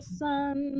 sun